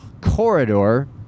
corridor